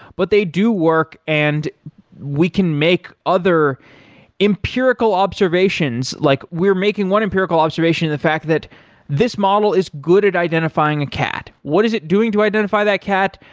but they do work and we can make other empirical observations like we're making one empirical observation in the fact that this model is good at identifying a cat. what is it doing to identify that cat?